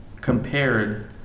compared